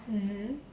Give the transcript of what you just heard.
mmhmm